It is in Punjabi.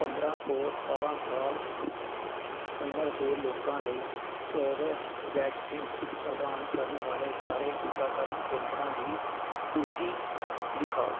ਪੰਦਰਾਂ ਤੋਂ ਸਤਾਰਾਂ ਸਾਲ ਉਮਰ ਦੇ ਲੋਕਾਂ ਲਈ ਕੋਰਬੇਵੈਕਸ ਪ੍ਰਦਾਨ ਕਰਨ ਵਾਲੇ ਸਾਰੇ ਟੀਕਾਕਰਨ ਕੇਂਦਰਾਂ ਦੀ ਸੂਚੀ ਦਿਖਾਓ